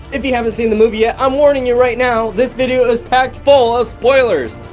if you haven't seen the movie yet, i'm warning you right now, this video is packed full of spoilers.